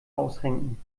ausrenken